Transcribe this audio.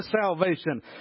salvation